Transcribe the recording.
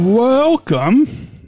Welcome